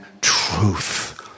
truth